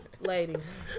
Ladies